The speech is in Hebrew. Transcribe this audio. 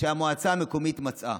שהמועצה המקומית מצאה.